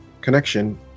connection